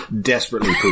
desperately